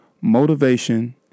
motivation